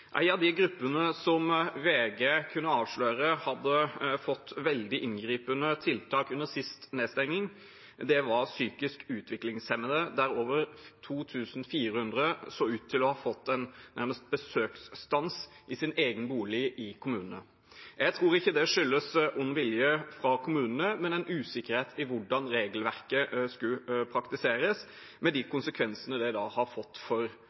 av de gruppene som VG kunne avsløre hadde fått veldig inngripende tiltak under sist nedstenging, var psykisk utviklingshemmede, der over 2 400 så ut til nærmest å ha fått besøksstans i sin egen bolig i kommunen. Jeg tror ikke det skyldes ond vilje av kommunene, men en usikkerhet om hvordan regelverket skulle praktiseres, med de konsekvensene det har fått for